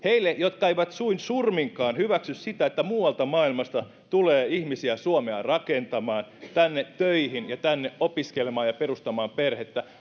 heillä jotka eivät suin surminkaan hyväksy sitä että muualta maailmasta tulee ihmisiä suomea rakentamaan tänne töihin ja tänne opiskelemaan ja perustamaan perhettä